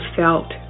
felt